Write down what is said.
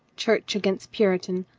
church against puritan.